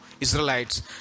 Israelites